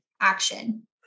action